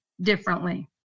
differently